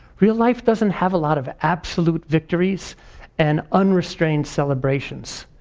real life doesn't have a lot of absolute victories and unrestrained celebrations.